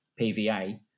PVA